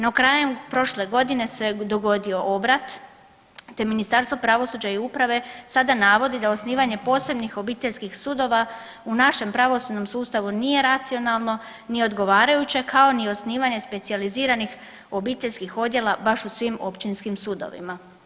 No, krajem prošle godine se dogodio obrat te Ministarstvo pravosuđa i uprave sada navodi da osnivanje posebnih obiteljskih sudova u našem pravosudnom sustavu nije racionalno ni odgovarajuće kao ni osnivanje specijaliziranih obiteljskih odjela baš u svim općinskim sudovima.